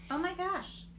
oh my gosh!